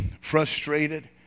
frustrated